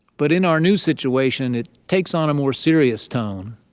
but in our new situation, it takes on a more serious tone.